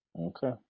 Okay